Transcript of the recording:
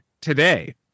today